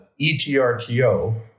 ETRTO